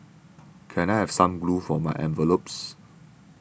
can I have some glue for my envelopes